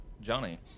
Johnny